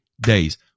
days